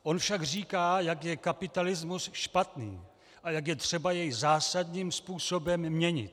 On však říká, jak je kapitalismus špatný a jak je třeba jej zásadním způsobem měnit.